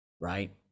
right